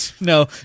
No